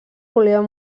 volien